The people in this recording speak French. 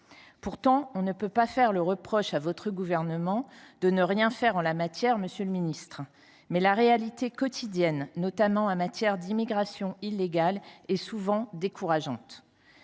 Pourtant, on ne peut pas faire le reproche à votre gouvernement de ne rien faire en la matière, monsieur le ministre ! Mais la réalité quotidienne, notamment en matière d’immigration illégale, est souvent décourageante.